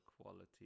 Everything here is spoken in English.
quality